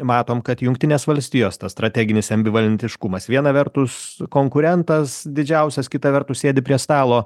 matom kad jungtinės valstijos tas strateginis ambivalentiškumas viena vertus konkurentas didžiausias kita vertus sėdi prie stalo